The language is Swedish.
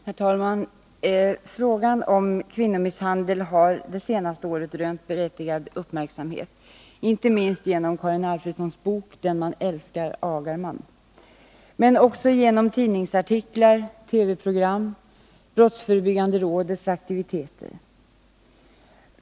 Herr talman! Frågan om kvinnomisshandel har det senaste året rönt berättigad uppmärksamhet, inte minst genom Karin Alfredssons bok Den man älskar agar man?, men också genom tidningsartiklar, TV-program och BRÅ:s aktiviteter.